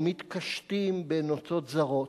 או מתקשטים בנוצות זרות,